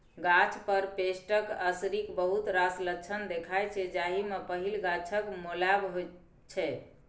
गाछ पर पेस्टक असरिक बहुत रास लक्षण देखाइ छै जाहि मे पहिल गाछक मौलाएब छै